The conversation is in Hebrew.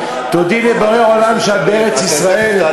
תודי לבורא עולם שאת בארץ-ישראל,